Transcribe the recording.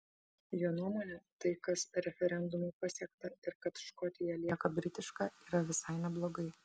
jo nuomone tai kas referendumu pasiekta ir kad škotija lieka britiška yra visai neblogai